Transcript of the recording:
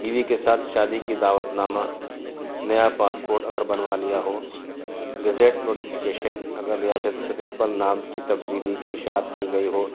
بیوی کے ساتھ شادی کی دعوت نامہ نیا پاسپورٹ اگر بنوا لیا ہو گزٹ نوٹیفیکیشن اگر ریاست سطح پر نام کی تبدیلی کی اشاعت کی گئی ہو